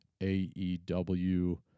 AEW